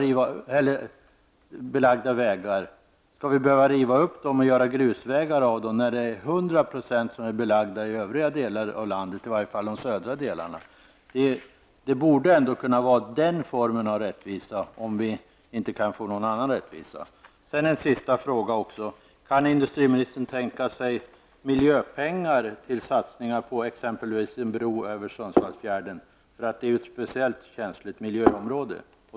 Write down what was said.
Jag vill då fråga: Skall man behöva riva upp vägarna och göra grusvägar av dem, när det är 100 % av vägarna i övriga landet som är belagda, åtminstone i de södra delarna? Om vi inte kan få någon annan rättvisa, borde man i varje fall åstadkomma den rättvisan. Kan industriministern tänka sig miljöpengar för satsningar på t.ex. enbro över Sundsvallsfjärden, som ju är ett speciellt känsligt miljöområde?